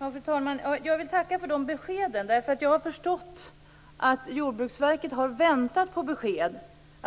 Fru talman! Jag vill tacka för dessa besked. Jag har förstått att Jordbruksverket har väntat på besked om